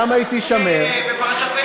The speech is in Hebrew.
עכשיו צריך להדיח גם את השופט בפרשת מני נפתלי,